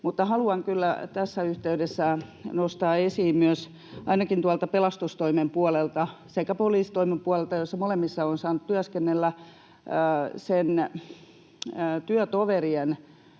haluan kyllä tässä yhteydessä nostaa esiin myös ainakin pelastustoimen puolelta sekä poliisitoimen puolelta, joissa molemmissa olen saanut työskennellä, työtoverien